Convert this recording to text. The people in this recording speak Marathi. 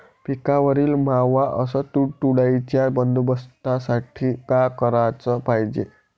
पिकावरील मावा अस तुडतुड्याइच्या बंदोबस्तासाठी का कराच पायजे?